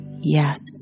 yes